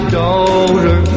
daughter